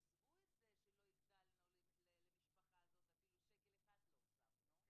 עזבו את זה שלמשפחה הזאת אפילו שקל אחד לא הוספנו,